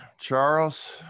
Charles